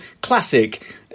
classic